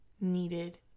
needed